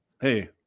hey